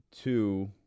two